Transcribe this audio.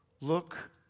Look